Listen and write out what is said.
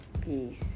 Peace